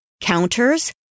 counters